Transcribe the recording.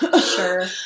Sure